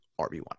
RB1